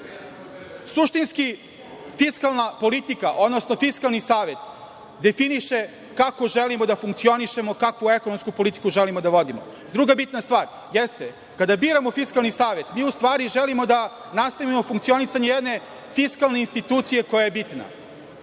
ekonomiji. Suštinski fiskalna politika, odnosno Fiskalni savet definiše kako želimo da funkcionišemo, kakvu ekonomsku politiku želimo da vodimo. Druga bitna stvar jeste kada biramo Fiskalni savet, mi u stvari želimo da nastavimo funkcionisanje jedne fiskalne institucije koja je bitna.